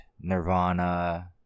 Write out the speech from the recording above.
nirvana